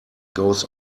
goes